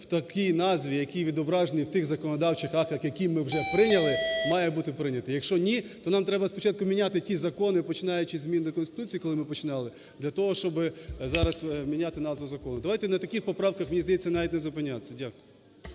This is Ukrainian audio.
в такій назві, який відображений в тих законодавчих актах, які ми вже прийняли, має бути прийнятий. Якщо ні, то нам треба спочатку міняти ті закони, починаючи зі змін до Конституції, коли ми починали, для того, щоб зараз міняти назву закону. Давайте на таких поправках, мені знається, навіть не зупинятися. Дякую.